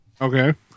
Okay